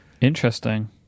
Interesting